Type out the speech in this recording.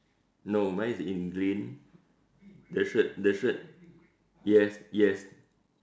no mine is in green the shirt the shirt yes yes